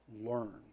learn